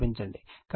కాబట్టి R విలువ 56